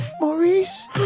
Maurice